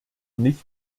nicht